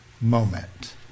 moment